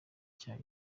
icyayi